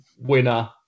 winner